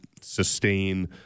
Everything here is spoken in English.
sustain